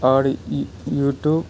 आओर यूट्यूब